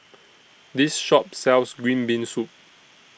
This Shop sells Green Bean Soup